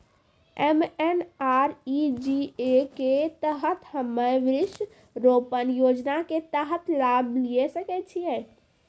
MNREGA के तहत हम्मय वृक्ष रोपण योजना के तहत लाभ लिये सकय छियै?